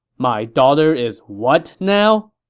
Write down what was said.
my daughter is what now?